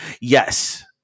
Yes